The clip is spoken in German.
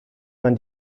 man